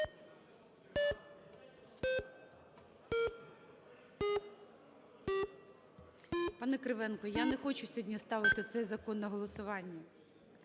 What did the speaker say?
Пане Кривенко, я не хочу сьогодні ставити цей закон на голосування.